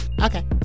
okay